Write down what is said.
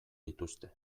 dituzte